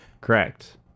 correct